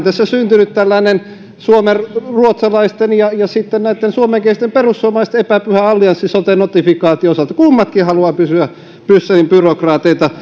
tässä syntynyt tällainen suomenruotsalaisten ja suomenkielisten perussuomalaisten epäpyhä allianssi sote notifikaation osalta kummatkin haluavat kysyä brysselin byrokraateilta